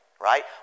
right